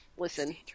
Listen